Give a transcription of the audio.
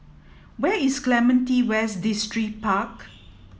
where is Clementi West Distripark